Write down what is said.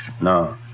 No